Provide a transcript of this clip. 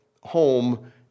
home